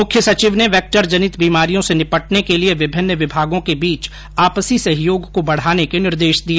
मुख्य सचिव ने वैक्टरजनित बीमारियों से निपटने के लिए विभिन्न विभागों के बीच आपसी सहयोग को बढ़ाने के निर्देश दिए